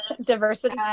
Diversity